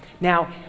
now